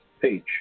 page